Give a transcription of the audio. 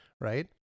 right